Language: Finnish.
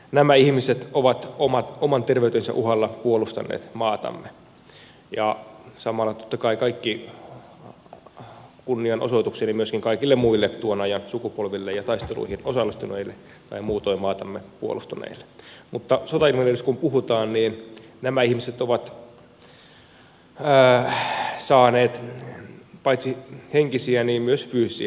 nämä ihmiset ovat oman terveytensä uhalla puolustaneet maatamme ja samalla totta kai kaikki kunnianosoitukseni myöskin kaikille muille tuon ajan sukupolville ja taisteluihin osallistuneille tai muutoin maatamme puolustaneille mutta sotainvalideista kun puhutaan niin nämä ihmiset ovat saaneet paitsi henkisiä niin myös fyysisiä vammoja